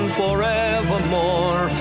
forevermore